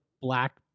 black